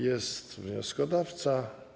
Jest wnioskodawca.